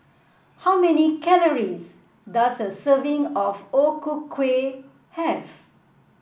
how many calories does a serving of O Ku Kueh have